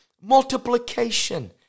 multiplication